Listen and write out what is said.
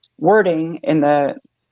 wording in the,